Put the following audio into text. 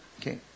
Okay